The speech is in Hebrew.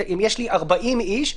אם יש 40 איש,